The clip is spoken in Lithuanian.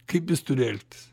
kaip jis turi elgtis